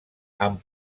amb